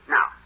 Now